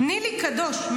נילי קדוש,